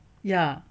ya